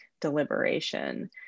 deliberation